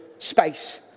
space